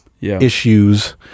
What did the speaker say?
issues